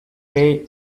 way